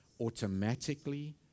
automatically